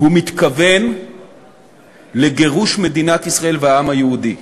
הוא מתכוון לגירוש מדינת ישראל והעם היהודי.